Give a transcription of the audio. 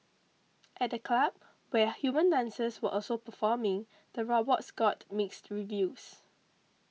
at the club where human dancers were also performing the robots got mixed reviews